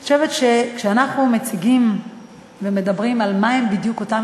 אני חושבת שכשאנחנו מציגים מה הם אותם